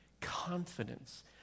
confidence